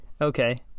Okay